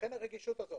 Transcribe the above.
לכן הרגישות הזאת.